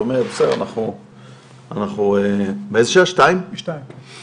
אנחנו מפנים עכשיו נשים אשכנזיות לעשות בדיקה.